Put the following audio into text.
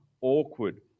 awkward